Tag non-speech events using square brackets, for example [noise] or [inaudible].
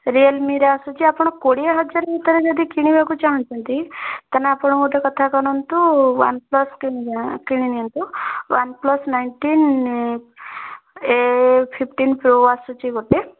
ରିୟଲମିର ଆସୁଚି ଆପଣ କୋଡ଼ିଏ ହଜାର ଭିତରେ ଯଦି କିଣିବାକୁ ଚାହୁଁଛନ୍ତି [unintelligible] ଆପଣ ଗୋଟେ କଥା କରନ୍ତୁ ୱାନ୍ପ୍ଲସ କିଣି କିଣି ନିଅନ୍ତୁ OnePlus nineteen A fifteen pro ଆସୁଛି ଗୋଟେ